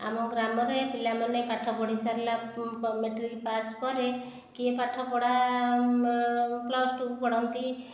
ଆମ ଗ୍ରାମରେ ପିଲାମାନେ ପାଠ ପଢ଼ି ସାରିଲା ମେଟ୍ରିକ୍ ପାସ୍ ପରେ କିଏ ପାଠ ପଢ଼ା ପ୍ଲସ୍ ଟୁ ପଢ଼ନ୍ତି